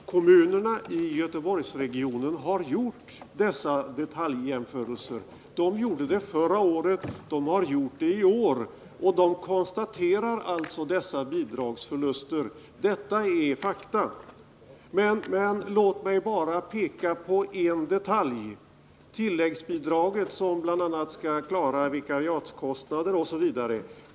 Herr talman! Kommunerna i Göteborgsregionen har gjort dessa detaljjämförelser både förra året och i år. De har alltså konstaterat dessa bidragsförluster. Detta är fakta. Men låt mig bara peka på en detaij. Tilläggsbidragen skall bl.a. klara vikariekostnader.